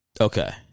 Okay